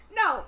no